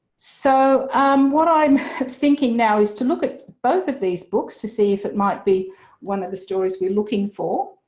so um what i'm thinking now is to look at both of these books to see if it might be one of the stories we're looking for.